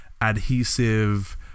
adhesive